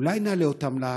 אולי נעלה אותם לארץ?